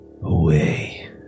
away